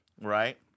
right